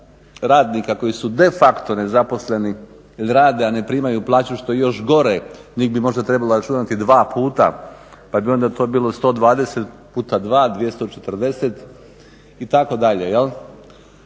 radnika koji su de facto nezaposleni jer rade, a ne primaju plaću što je još gore, njih bi možda trebalo računati dva puta pa bi onda to bilo 120 puta 2, 240, itd., jel?